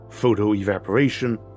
Photoevaporation